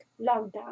lockdown